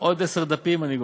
עוד עשרה דפים אני גומר,